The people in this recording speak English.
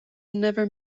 never